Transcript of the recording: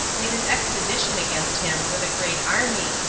made an expedition against him with a great army,